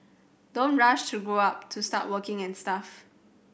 don't rush to grow up to start working and stuff